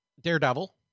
Daredevil